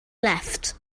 left